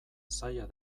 zaila